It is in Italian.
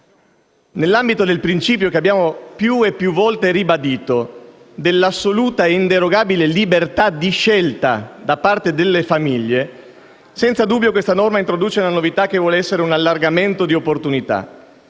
Nell'ambito del principio, che abbiamo più e più volte ribadito, dell'assoluta ed inderogabile libertà di scelta da parte delle famiglie, senza dubbio questa norma introduce una novità che vuol essere un allargamento di opportunità.